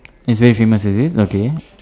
its very famous is it okay